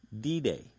D-Day